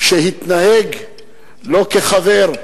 שהתנהג לא כחבר,